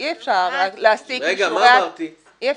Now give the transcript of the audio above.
אין